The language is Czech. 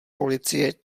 policie